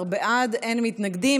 14 בעד, אין מתנגדים.